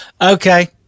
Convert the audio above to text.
Okay